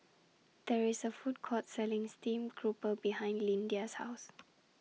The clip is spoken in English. There IS A Food Court Selling Steamed Grouper behind Lyndia's House